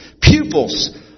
pupils